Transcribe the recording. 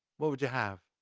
what would you have?